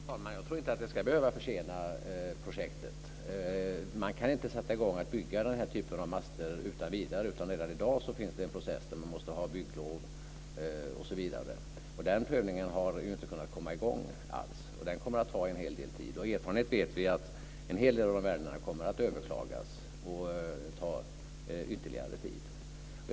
Fru talman! Jag tror inte att det ska behöva försena projektet. Man kan inte sätta i gång och bygga den här typen av master utan vidare, utan redan i dag finns det en process som innebär att man måste ha bygglov osv. Den prövningen har ju inte kunnat komma i gång, och den kommer att ta en hel del tid. Av erfarenhet vet vi att en hel del av ärendena kommer att överklagas och ta ytterligare tid.